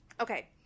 okay